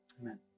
Amen